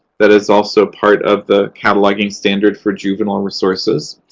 that is also part of the cataloging standard for juvenile resources.